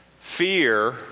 fear